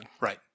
right